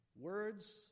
Words